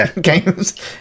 games